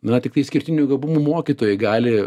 na tiktai išskirtinių gabumų mokytojai gali